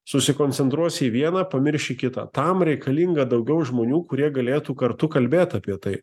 susikoncentruosi į vieną pamirši kitą tam reikalinga daugiau žmonių kurie galėtų kartu kalbėt apie tai